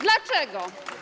Dlaczego?